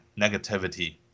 negativity